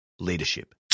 leadership